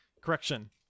correction